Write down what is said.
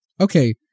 Okay